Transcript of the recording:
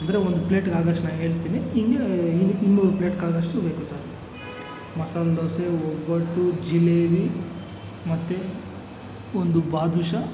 ಅಂದರೆ ಒಂದು ಪ್ಲೇಟಿಗೆ ಆಗೋವಷ್ಟು ನಾ ಹೇಳ್ತೀನಿ ಹೀಗೆ ಇನ್ನೂರು ಪ್ಲೇಟ್ಗಾಗುವಷ್ಟು ಬೇಕು ಸರ್ ಮಸಾಲೆ ದೋಸೆ ಒಬ್ಬಟ್ಟು ಜಿಲೇಬಿ ಮತ್ತೆ ಒಂದು ಬಾದುಷ